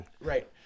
Right